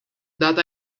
that